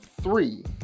three